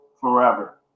forever